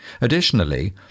Additionally